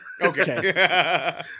Okay